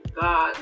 God